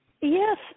Yes